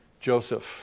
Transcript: Joseph